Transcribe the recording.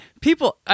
People